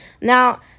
Now